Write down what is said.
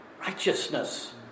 righteousness